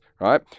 right